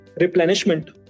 replenishment